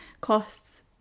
costs